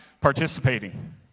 participating